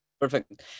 Perfect